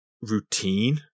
routine